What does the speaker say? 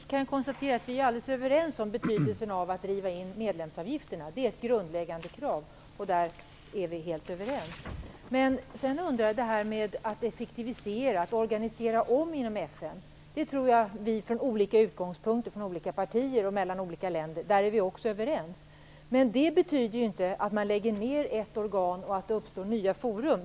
Herr talman! Vi kan konstatera att vi är alldeles överens om betydelsen av att driva in medlemsavgifterna. Det är ett grundläggande krav. Jag tror också att vi inom olika partier och i olika länder från skilda synpunkter är överens om att effektivisera och organisera om FN, men det betyder inte att man skall lägga ned ett organ för att få nya forum.